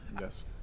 Yes